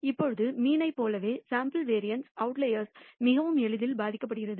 இப்போது மீனை போலவே சேம்பிள் வேறியன்ஸ் அவுட்லயர்ஸ் மிகவும் எளிதில் பாதிக்கப்படுகிறது